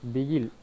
Bigil